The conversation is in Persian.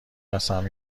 قسم